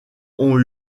ont